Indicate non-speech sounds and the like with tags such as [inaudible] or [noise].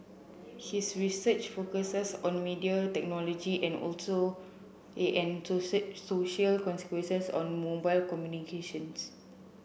his research focuses on media technology and also [unintelligible] social consequences on mobile communications